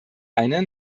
eine